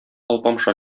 алпамша